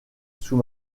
sous